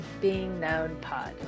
beingknownpod